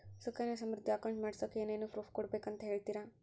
Sukanya Samriddhi account ಮಾಡಿಸೋಕೆ ಏನೇನು proof ಕೊಡಬೇಕು ಅಂತ ಹೇಳ್ತೇರಾ?